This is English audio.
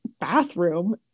bathroom